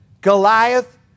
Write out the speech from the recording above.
Goliath